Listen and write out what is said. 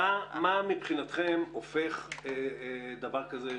מה הופך דבר כזה ללגיטימי,